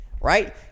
right